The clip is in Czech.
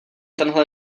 tenhle